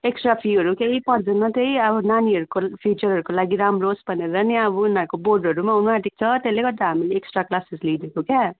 extra फिहरू के पर्दैन त्यही अब नानीहरूको फ्युचरहरूको लागि राम्रो होस् भनेर नि अब उनीहरूको बोर्डहरू पनि आउनु आँटेको छ त्यसले गर्दा हामीले एक्स्ट्रा क्लासेस लिइदिएको क्या